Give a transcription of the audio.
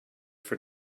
for